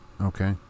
Okay